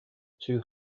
two